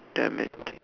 damn it